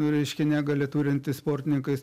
reiškia negalią turintys sportininkais